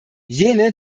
jene